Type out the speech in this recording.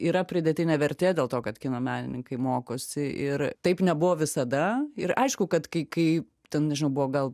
yra pridėtinė vertė dėl to kad kino menininkai mokosi ir taip nebuvo visada ir aišku kad kai kai ten buvo gal